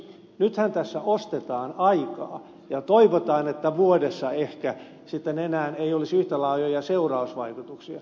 nythän tässä ostetaan aikaa ja toivotaan että vuodessa ehkä sitten ei enää olisi yhtä laajoja seurausvaikutuksia